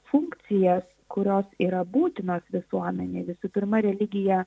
funkcijas kurios yra būtinos visuomenei visų pirma religija